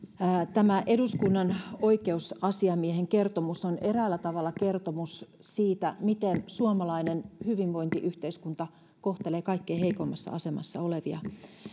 tämä eduskunnan oikeusasiamiehen kertomus on eräällä tavalla kertomus siitä miten suomalainen hyvinvointiyhteiskunta kohtelee kaikkein heikoimmassa asemassa olevia